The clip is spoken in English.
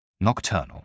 Nocturnal